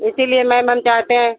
इसीलिए मैम हम चाहते हैं